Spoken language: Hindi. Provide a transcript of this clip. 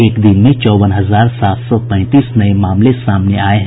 एक दिन में चौवन हजार सात सौ पैंतीस नये मामले सामने आये हैं